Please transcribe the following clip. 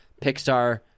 pixar